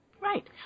Right